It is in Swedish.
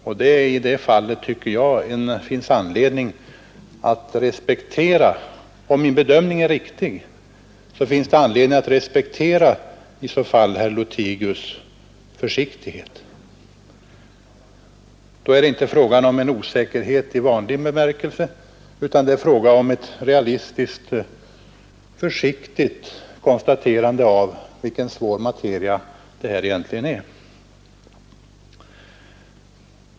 Om min bedömning är riktig tycker jag att det finns anledning att respektera herr Lothigius” försiktighet; då är det inte fråga om en osäkerhet i vanlig bemärkelse utan om ett realistiskt, försiktigt konstaterande av vilken svår materia det här egentligen är.